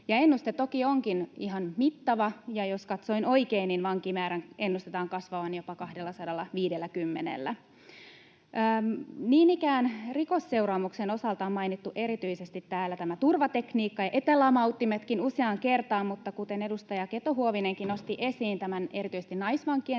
Ennuste toki onkin ihan mittava, ja jos katsoin oikein, niin vankimäärän ennustetaan kasvavan jopa 250:llä. Niin ikään rikosseuraamuksen osalta täällä on mainittu erityisesti turvatekniikka ja etälamauttimetkin useaan kertaan, mutta kuten edustaja Keto-Huovinenkin nosti esiin erityisesti naisvankien tilanteen